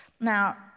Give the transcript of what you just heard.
now